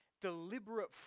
deliberate